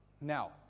Now